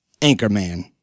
anchorman